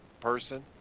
person